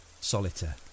Solitaire